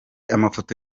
amafoto